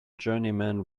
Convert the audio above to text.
journeyman